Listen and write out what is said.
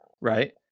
right